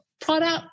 product